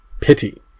Pity